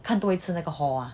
看多一次那个 hall ah